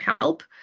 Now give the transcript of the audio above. help